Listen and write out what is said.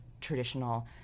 traditional